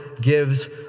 gives